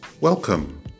Welcome